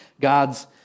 God's